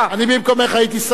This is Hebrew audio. אני במקומך הייתי שמח.